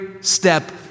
step